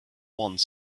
one